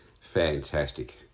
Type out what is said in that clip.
fantastic